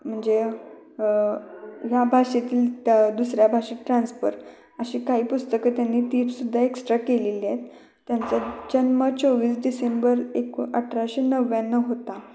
म्हणजे ह्या भाषेतील त दुसऱ्या भाषेत ट्रान्सफर अशी काही पुस्तकं त्यांनी तीसुद्धा एक्स्ट्रा केलेली आहेत त्यांचा जन्म चोवीस डिसेंबर एको अठराशे नव्याण्णव होता